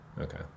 Okay